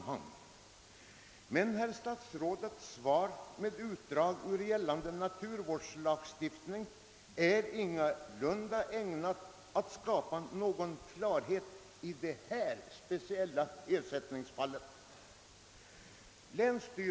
Herr statsrådets svar med utdrag ur gällande naturvårdslagstiftning är dock ingalunda ägnat att skapa klarhet i detta specieila ersättningsfall.